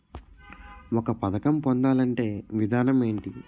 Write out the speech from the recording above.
ఒక పథకం పొందాలంటే విధానం ఏంటి?